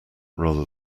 rather